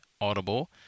Audible